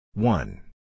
One